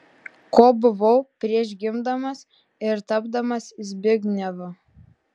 kuo buvau prieš gimdamas ir tapdamas zbignevu